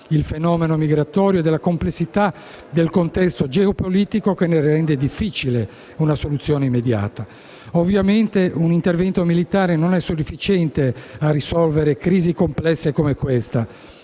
il fenomeno migratorio e del contesto geopolitico che ne rende difficile una soluzione immediata. È chiaro che un intervento militare non è sufficiente a risolvere crisi complesse come quella